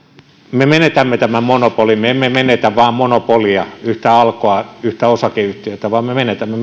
me menetämme tämän monopolin me emme menetä vain monopolia yhtä alkoa yhtä osakeyhtiötä vaan me menetämme